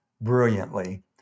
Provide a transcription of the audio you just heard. brilliantly